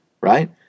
Right